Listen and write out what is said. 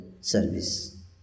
service